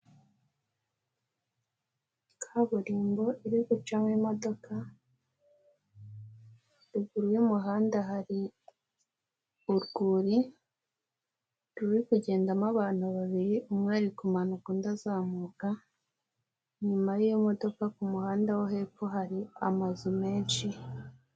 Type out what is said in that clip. Kaburimbo iri gucamo imodoka, ruguru y'umuhanda hari urwuri ruri kugendamo abantu babiri, umwe ari kumanuka undi azamuka, inyuma y'iyo modoka ku muhanda wo hepfo hari amazu menshi.